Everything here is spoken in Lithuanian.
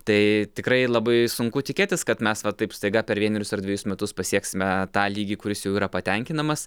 tai tikrai labai sunku tikėtis kad mes va taip staiga per vienerius ar dvejus metus pasieksime tą lygį kuris jau yra patenkinamas